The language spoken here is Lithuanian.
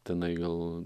tenai gal